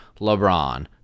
LeBron